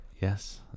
yes